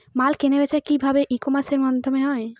মাল কেনাবেচা কি ভাবে ই কমার্সের মাধ্যমে হয়?